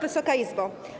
Wysoka Izbo!